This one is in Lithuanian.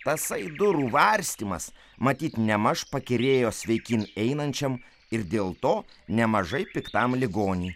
tasai durų varstymas matyt nemaž pakyrėjo sveikyn einančiam ir dėl to nemažai piktam ligonį